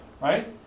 right